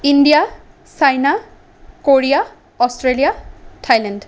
India China Korea Australia Thailand